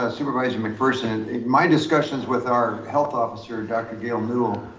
ah supervisor mcpherson in my discussions with our health officer, dr. gail newel,